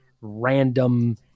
random